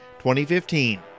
2015